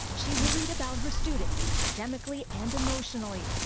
she worried about her students, academically and emotionally.